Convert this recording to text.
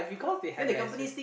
because they have experience